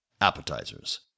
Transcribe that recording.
Appetizers